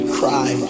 cry